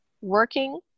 working